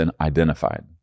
identified